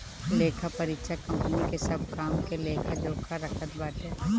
लेखापरीक्षक कंपनी के सब काम के लेखा जोखा रखत बाटे